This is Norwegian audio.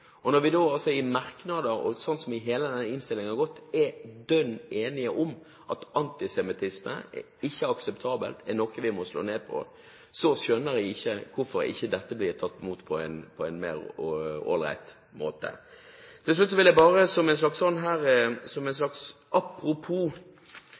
Og når vi da i merknader i hele denne innstillingen er dønn enige om at antisemittisme ikke er akseptabelt og er noe vi må slå ned på, skjønner jeg ikke hvorfor dette ikke blir tatt imot på en mer all right måte. Til slutt vil jeg bare som et slags apropos lese et dikt som har blitt lest her tidligere, som